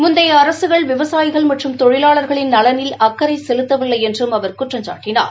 முந்தைய அரசுகள் விவசாயிகள் மற்றும் தொழிலாளர்களின் நலனில் அக்கறை செலுத்தவில்லை என்றும் அவர் குற்றம்சாட்டினார்